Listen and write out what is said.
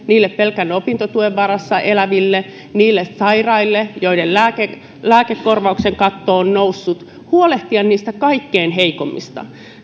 niille pelkän opintotuen varassa eläville niille sairaille joiden lääkekorvauksen katto on noussut olisi pitänyt huolehtia niistä kaikkein heikoimmista